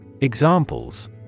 Examples